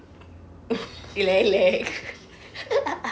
elek elek